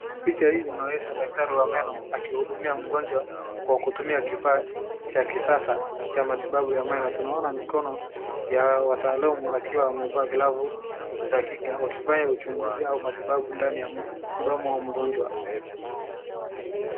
Picha hii inaonyesha daktari wa meno akihudumia mgonjwa kwa kutumia kifaa cha kisasa cha matibabu ya meno. Tumeona mikono ya wataalamu wakiwa wamevaa glavu wakifanya uchunguzi au matibabu ndaniya mdomo wa mgonjwa.